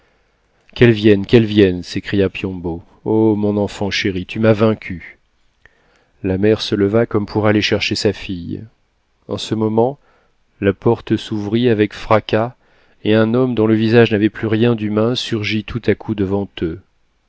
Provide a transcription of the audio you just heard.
qu'elle vienne qu'elle vienne s'écria piombo o mon enfant chéri tu m'as vaincu la mère se leva comme pour aller chercher sa fille en ce moment la porte s'ouvrit avec fracas et un homme dont le visage n'avait plus rien d'humain surgit tout à coup devant eux